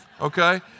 Okay